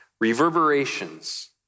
reverberations